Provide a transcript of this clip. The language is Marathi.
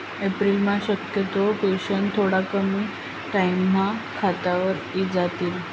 एप्रिलम्हा शक्यतो पेंशन थोडा कमी टाईमम्हा खातावर इजातीन